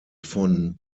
von